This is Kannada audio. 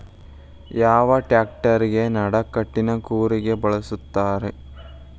ಯಾವ ಟ್ರ್ಯಾಕ್ಟರಗೆ ನಡಕಟ್ಟಿನ ಕೂರಿಗೆ ಬಳಸುತ್ತಾರೆ?